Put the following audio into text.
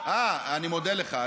אני מודה לך.